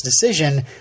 decision